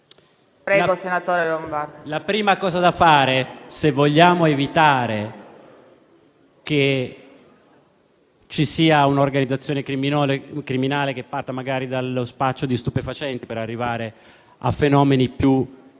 La prima cosa da fare, se vogliamo evitare che ci sia un'organizzazione criminale che parta magari dallo spaccio di stupefacenti per arrivare a fenomeni più